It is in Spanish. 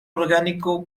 orgánico